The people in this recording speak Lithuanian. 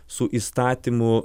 su įstatymų